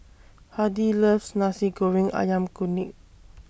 Hardy loves Nasi Goreng Ayam Kunyit